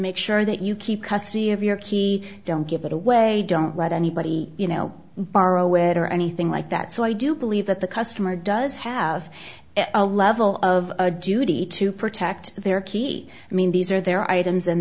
make sure that you keep custody of your key don't give it away don't let anybody you know borrow it or anything like that so i do believe that the customer does have a level of a duty to protect their key i mean these are their items in